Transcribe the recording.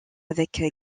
avec